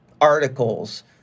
articles